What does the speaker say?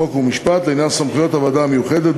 חוק ומשפט לעניין סמכויות הוועדה המיוחדת,